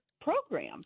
program